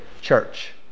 church